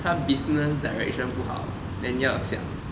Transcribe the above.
他 business direction 不好 than 要想